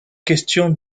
question